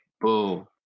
boom